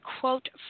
quote